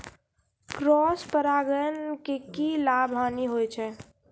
Cross परागण के की लाभ, हानि होय छै?